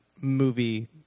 movie